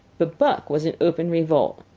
but buck was in open revolt.